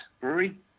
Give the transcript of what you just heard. brewery